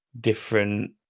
different